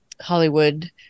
Hollywood